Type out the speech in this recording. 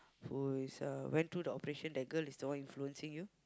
who is uh went through the operation that girl is the one influencing you